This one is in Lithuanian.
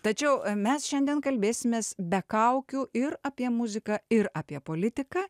tačiau mes šiandien kalbėsimės be kaukių ir apie muziką ir apie politiką